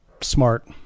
smart